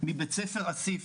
מבית ספר 'אסיף'